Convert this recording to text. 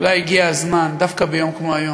אולי הגיע הזמן, דווקא ביום כמו היום,